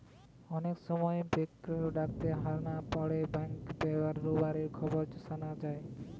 অনেক সময় বেঙ্ক এ ডাকাতের হানা পড়ে ব্যাঙ্ক রোবারির খবর শুনা যায়